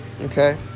okay